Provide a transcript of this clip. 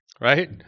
Right